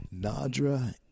Nadra